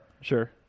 Sure